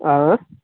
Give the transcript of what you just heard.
آ